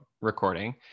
recording